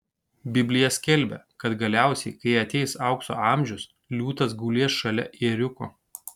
biblija skelbia kad galiausiai kai ateis aukso amžius liūtas gulės šalia ėriuko